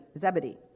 Zebedee